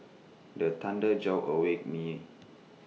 the thunder jolt awake me